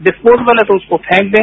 disposable है तो उसको फेंक दें